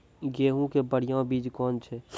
गेहूँ के बढ़िया बीज कौन छ?